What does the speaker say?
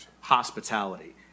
hospitality